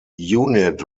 unit